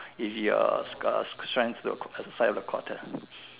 if your stren~ uh strengths look the size of a quarter